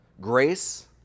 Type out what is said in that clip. grace